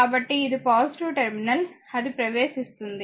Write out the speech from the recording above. కాబట్టి ఇది టెర్మినల్ అది ప్రవేశిస్తోంది